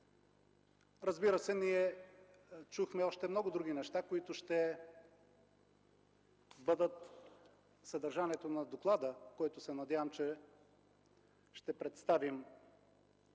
Разбира се, ние чухме още много други неща, които ще бъдат в съдържанието на доклада, който, се надявам, ще представим